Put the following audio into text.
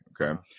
Okay